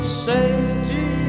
safety